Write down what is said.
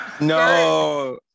no